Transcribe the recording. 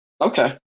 Okay